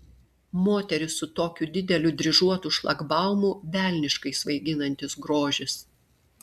moteris su tokiu dideliu dryžuotu šlagbaumu velniškai svaiginantis grožis